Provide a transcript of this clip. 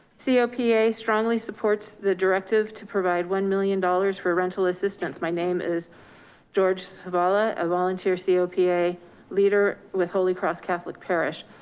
so copa strongly supports the directive to provide one million dollars for rental assistance. my name is george savala, a volunteer copa, a leader with holy cross catholic parish.